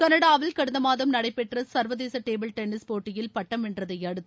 கனடாவில் கடந்த மாதம் நடைபெற்ற சர்வதேச டேபிள் டென்னிஸ் போட்டியில் பட்டம் வென்றதை தடுத்து